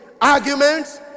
Arguments